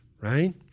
right